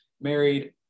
married